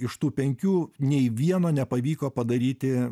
iš tų penkių nei vieno nepavyko padaryti